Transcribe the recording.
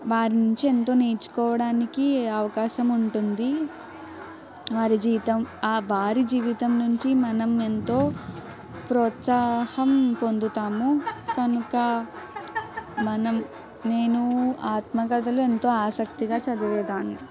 వారి నుంచి ఎంతో నేర్చుకోవడానికి అవకాశం ఉంటుంది వారి జీతం వారి జీవితం నుంచి మనం ఎంతో ప్రోత్సాహం పొందుతాము కనుక మనం నేను ఆత్మకథలు ఎంతో ఆసక్తిగా చదివేదాన్ని